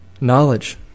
knowledge